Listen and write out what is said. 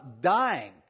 dying